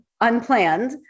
unplanned